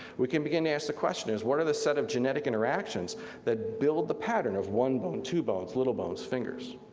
we can begin to ask the question is, what are the set of genetic interactions that build the pattern of one bone two bones, little bones, fingers?